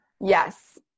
Yes